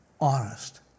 honest